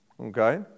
Okay